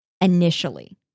initially